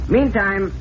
Meantime